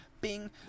Bing